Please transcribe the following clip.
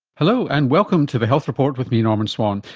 hello, and welcome to the health report with me, norman swan.